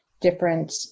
different